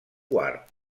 quart